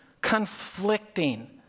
conflicting